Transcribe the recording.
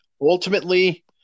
Ultimately